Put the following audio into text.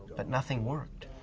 but nothing worked.